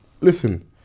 Listen